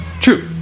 True